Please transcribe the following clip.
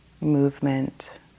movement